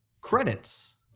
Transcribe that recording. credits